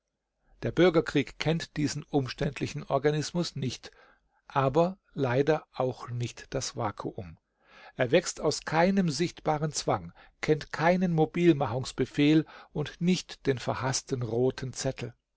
der bürgerkrieg kennt diesen umständlichen organismus nicht aber leider auch nicht das vakuum er wächst aus keinem sichtbaren zwang kennt keinen mobilmachungsbefehl und nicht den verhaßten roten zettel